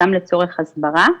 גם לצורך הסברה,